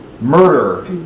murder